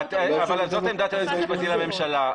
זאת עמדת היועץ המשפטי לממשלה.